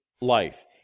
life